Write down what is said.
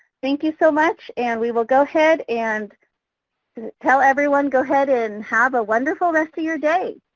thank you so much and we will go ahead and tell everyone go ahead and have a wonderful rest of your day.